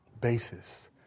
basis